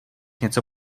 něco